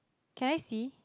can I see